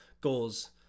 goals